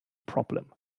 problem